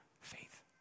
faith